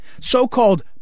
So-called